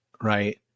right